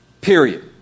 Period